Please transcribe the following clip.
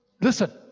listen